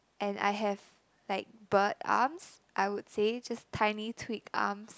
and I have like bird arms I would say just tiny twig arms